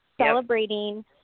celebrating